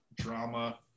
drama